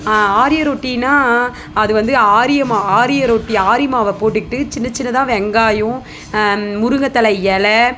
ஆரிய ரொட்டினா அது வந்து ஆரியமா ஆரிய ரொட்டி ஆரியமாவ போட்டுக்கிட்டு சின்ன சின்னதா வெங்காயம் முருங்கத்தழை இல